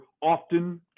often